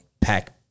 pack